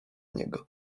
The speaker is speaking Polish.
niego